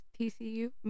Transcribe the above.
TCU